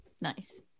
nice